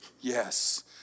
Yes